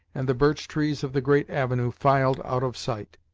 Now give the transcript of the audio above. and the birch-trees of the great avenue filed out of sight.